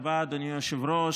תודה רבה, אדוני היושב-ראש.